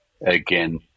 Again